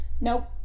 Nope